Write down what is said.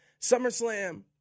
SummerSlam